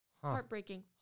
Heartbreaking